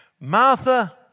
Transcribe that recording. Martha